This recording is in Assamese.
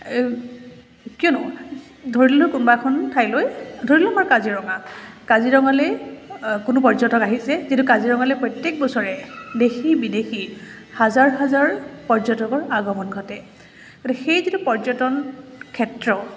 কিয়নো ধৰি ললোঁ কোনোবা এখন ঠাইলৈ ধৰি ললোঁ আমাৰ কাজিৰঙা কাজিৰঙালৈ কোনো পৰ্যটক আহিছে যিটো কাজিৰঙালৈ প্ৰত্যেক বছৰে দেশী বিদেশী হাজাৰ হাজাৰ পৰ্যটকৰ আগমন ঘটে গতিকে সেই যিটো পৰ্যটনক্ষেত্ৰ